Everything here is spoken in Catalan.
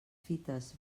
fites